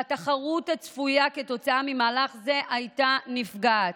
והתחרות הצפויה כתוצאה ממהלך זה הייתה נפגעת.